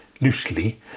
loosely